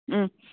ꯎꯝ